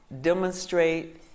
demonstrate